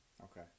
Okay